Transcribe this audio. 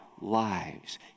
lives